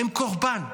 הם קורבן,